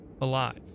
alive